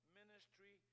ministry